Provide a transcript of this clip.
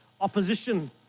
opposition